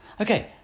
Okay